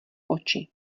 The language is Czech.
oči